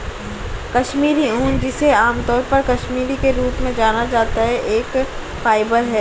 कश्मीरी ऊन, जिसे आमतौर पर कश्मीरी के रूप में जाना जाता है, एक फाइबर है